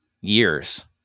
years